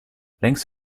längs